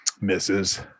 Misses